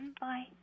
Bye